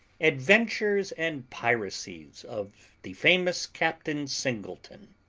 adventures and piracies of the famous captain singleton,